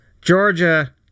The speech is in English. Georgia